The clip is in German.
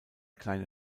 kleine